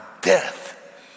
death